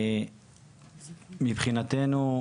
מבחינתנו,